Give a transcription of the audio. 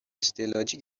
استعلاجی